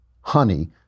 Honey